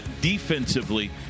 defensively